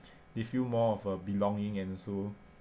they feel more of a belonging and so